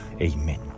Amen